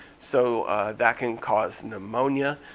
so that can cause pneumonia.